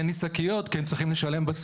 לכן זה תיקון מאוד חשוב.